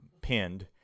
pinned